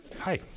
Hi